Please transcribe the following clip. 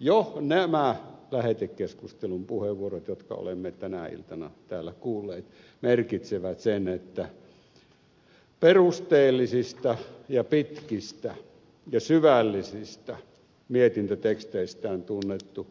jo nämä lähetekeskustelun puheenvuorot jotka olemme tänä iltana täällä kuulleet merkitsevät sitä että perusteellisista ja pitkistä ja syvällisistä mietintöteksteistään tunnettu